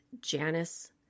Janice